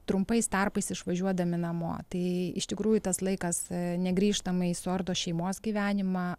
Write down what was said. trumpais tarpais išvažiuodami namo tai iš tikrųjų tas laikas negrįžtamai suardo šeimos gyvenimą